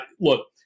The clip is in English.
Look